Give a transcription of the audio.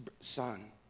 son